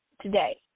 today